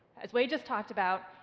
as wei just talked about,